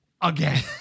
again